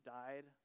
died